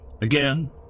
Again